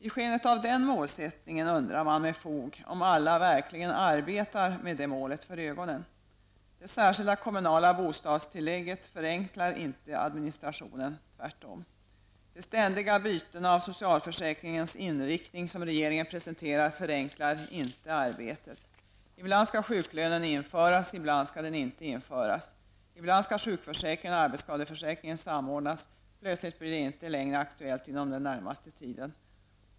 I skenet av den målsättningen undrar man med fog om alla verkligen arbetar med det målet för ögonen. Det särskilda kommunala bostadstillägget förenklar inte administrationen, tvärtom. De ständiga bytena av socialförsäkringens inriktning som regeringen presenterar förenklar inte arbetet. Ibland skall sjuklönen införas, ibland skall den inte införas. Ibland skall sjukförsäkringen och arbetsskadeförsäkringen samordnas, plötsligt blir det inte längre aktuellt inom den närmaste tiden.